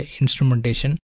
instrumentation